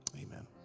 amen